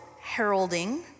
heralding